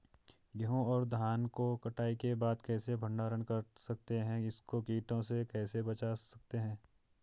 गेहूँ और धान को कटाई के बाद कैसे भंडारण कर सकते हैं इसको कीटों से कैसे बचा सकते हैं?